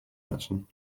heißen